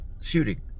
Shooting